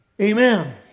Amen